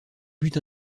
but